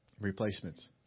replacements